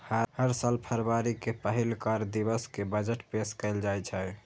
हर साल फरवरी के पहिल कार्य दिवस कें बजट पेश कैल जाइ छै